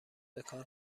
بکار